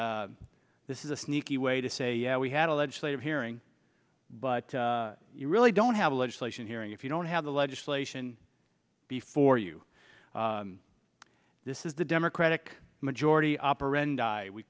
this is a sneaky way to say we had a legislative hearing but you really don't have a legislation hearing if you don't have the legislation before you this is the democratic majority operandi we